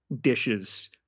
dishes